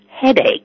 headache